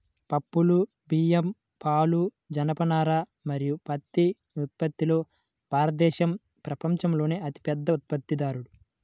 పప్పులు, బియ్యం, పాలు, జనపనార మరియు పత్తి ఉత్పత్తిలో భారతదేశం ప్రపంచంలోనే అతిపెద్ద ఉత్పత్తిదారు